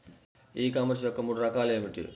ఈ కామర్స్ యొక్క మూడు రకాలు ఏమిటి?